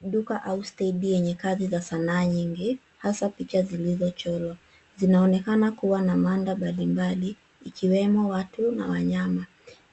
Duka au stendi yenye kazi za sanaa nyingi hasa picha zilizochorwa. Zinaonekana kuwa na mada mbalimbali ikiwemo watu na wanyama.